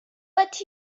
but